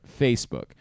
Facebook